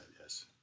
yes